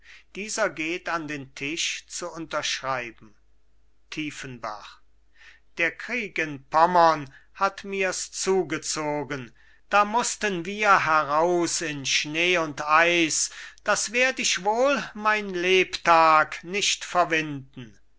dieser geht an den tisch zu unterschreiben tiefenbach der krieg in pommern hat mirs zugezogen da mußten wir heraus in schnee und eis das werd ich wohl mein lebtag nicht verwinden